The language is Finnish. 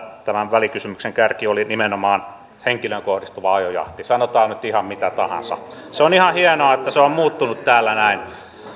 tämän välikysymyksen kärki oli nimenomaan henkilöön kohdistuva ajojahti sanotaan nyt ihan mitä tahansa se on ihan hienoa että se on muuttunut täällä näin